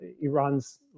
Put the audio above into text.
Iran's